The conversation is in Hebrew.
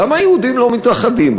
למה היהודים לא מתאחדים?